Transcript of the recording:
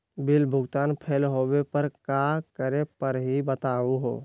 Bill भुगतान fail होवे पर का करै परही, बताहु हो?